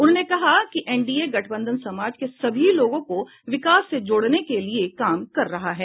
उन्होंने कहा कि एनडीए गठबंधन समाज के सभी लोगों को विकास से जोड़ने के लिए काम कर रहा है